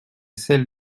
celle